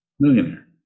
Millionaire